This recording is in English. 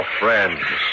friends